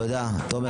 תומר, תודה.